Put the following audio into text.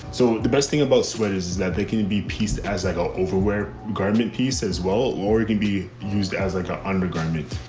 so the best thing about sweaters is that they can be pieced as i go over where the garment piece as well. or it can be used as like an undergarment.